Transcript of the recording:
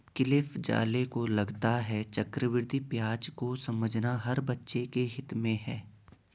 Cliff Zale को लगता है चक्रवृद्धि ब्याज को समझना हर बच्चे के हित में है